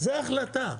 זה החלטה.